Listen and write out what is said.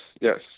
yes